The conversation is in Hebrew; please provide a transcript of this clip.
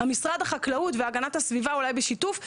משרד החקלאות והגנת הסביבה אולי בשיתוף,